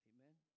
Amen